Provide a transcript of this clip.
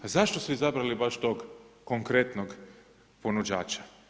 A zašto su izabrali baš tog konkretnog ponuđača?